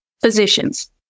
physicians